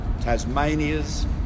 Tasmania's